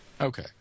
Okay